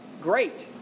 Great